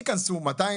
יכנסו 200,